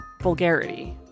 vulgarity